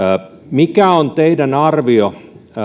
mikä on teidän arvionne